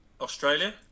Australia